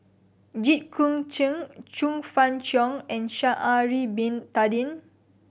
Jit Koon Ch'ng Chong Fah Cheong and Sha'ari Bin Tadin